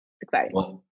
Exciting